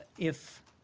if